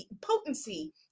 potency